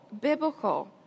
biblical